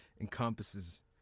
encompasses—